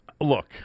look